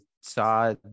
saw